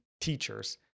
teachers